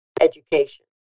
education